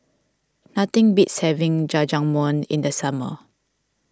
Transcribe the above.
nothing beats having Jajangmyeon in the summer